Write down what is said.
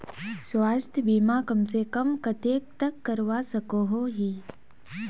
स्वास्थ्य बीमा कम से कम कतेक तक करवा सकोहो ही?